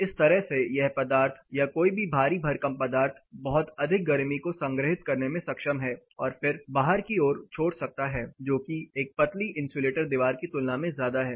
इस तरह से यह पदार्थ या कोई भी भारी भरकम पदार्थ बहुत अधिक गर्मी को संग्रहित करने में सक्षम है और फिर बाहर की ओर छोड़ सकता है जो कि एक पतली इंसुलेटर दीवार की तुलना में ज्यादा है